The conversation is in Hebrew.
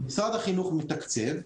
משרד החינוך מתקצב,